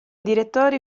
direttori